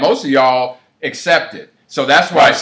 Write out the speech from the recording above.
mostly all except it so that's why i